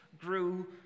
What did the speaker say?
grew